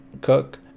cook